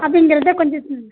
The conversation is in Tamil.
அப்படிங்கிறத கொஞ்சம் ம்